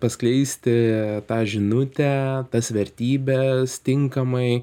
paskleisti tą žinutę tas vertybes tinkamai